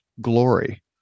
glory